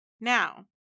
Now